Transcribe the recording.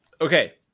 Okay